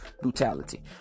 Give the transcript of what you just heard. brutality